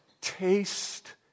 taste